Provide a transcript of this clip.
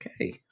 okay